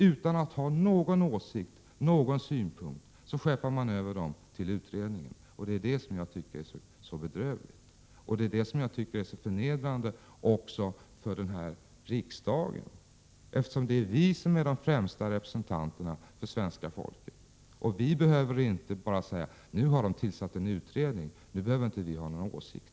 Utan att ha någon åsikt eller någon synpunkt så skeppar man över dem till utredningen. Det är det jag tycker är så bedrövligt, och det är det som är så förnedrande också för denna riksdag, eftersom det är vi som är de främsta representanterna för svenska folket. Vi behöver inte bara säga: Nu har det tillsatts en utredning, nu behöver vi inte ha några åsikter.